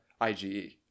IgE